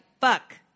fuck